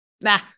nah